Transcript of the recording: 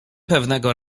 pewnego